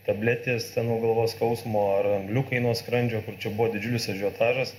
tabletės ten nuo galvos skausmo ar angliukai nuo skrandžio kur čia buvo didžiulis ažiotažas